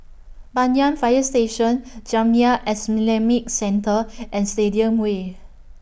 Banyan Fire Station Jamiyah Islamic Centre and Stadium Way